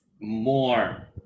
more